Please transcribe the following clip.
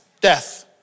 death